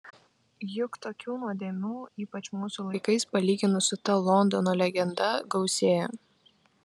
juk tokių nuodėmių ypač mūsų laikais palyginus su ta londono legenda gausėja